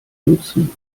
nutzen